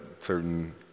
certain